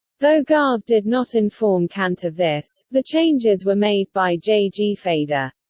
though garve did not inform kant of this, the changes were made by j. g. feder.